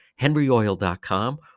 henryoil.com